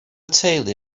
teulu